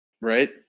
Right